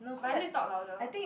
but I need to talk louder